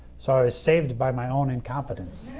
so, i was saved by my own incompetence.